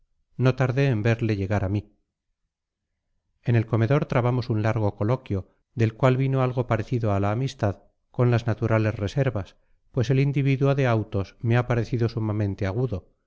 no tardé en verle llegar a mí en el comedor trabamos un largo coloquio del cual vino algo parecido a la amistad con las naturales reservas pues el individuo de autos me ha parecido sumamente agudo